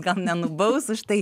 gal nenubaus už tai